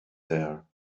there